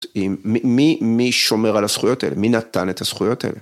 מי, מי שומר על הזכויות האלה? מי נתן את הזכויות האלה?